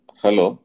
hello